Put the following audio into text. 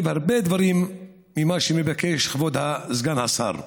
הרבה דברים ממה שמבקש כבוד סגן השר.